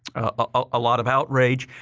a lot of outrage.